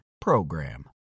PROGRAM